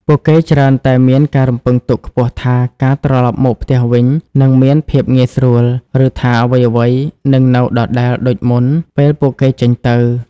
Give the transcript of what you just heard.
ពួកគេច្រើនតែមានការរំពឹងទុកខ្ពស់ថាការត្រឡប់មកផ្ទះវិញនឹងមានភាពងាយស្រួល ឬថាអ្វីៗនឹងនៅដដែលដូចមុនពេលពួកគេចេញទៅ។